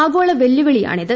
ആഗോള വെല്ലുവിളിയാണിത്